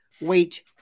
wait